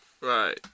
Right